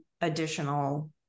additional